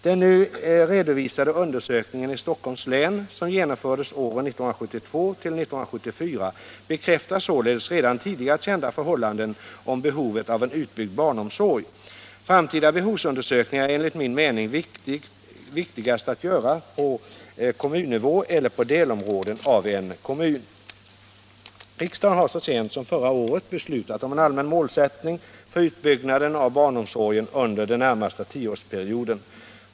Den nu redovisade undersökningen i Stockholms län, som genomfördes åren 1972 till 1974, bekräftar således redan tidigare kända förhållanden om behovet av en utbyggd barnomsorg. Framtida behovsundersökningar är enligt min mening viktigast att göra på kommunnivå eller på delområden av en kommun. Riksdagen har så sent som förra året beslutat om en allmän målsättning för utbyggnaden av barnomsorgen under den närmaste tioårsperioden.